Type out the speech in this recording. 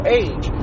age